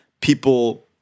people